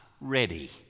ready